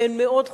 הן מאוד חוששות,